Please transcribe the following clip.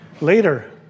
Later